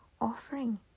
offering